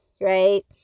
right